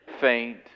faint